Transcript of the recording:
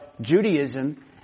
Judaism